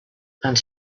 and